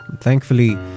Thankfully